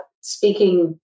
speaking